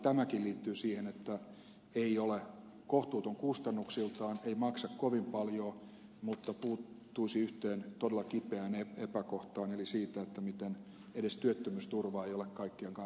tämäkin liittyy siihen että se ei ole kohtuuton kustannuksiltaan ei maksa kovin paljoa mutta puuttuisi yhteen todella kipeään epäkohtaan eli siihen miten edes työttömyysturva ei ole kaikkien kansalaisten käytettävissä